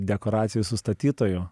dekoracijų sustatytoju